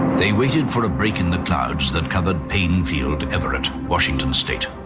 they waited for a break in the clouds that covered paine field everett, washington state.